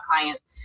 clients